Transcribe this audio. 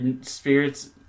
spirits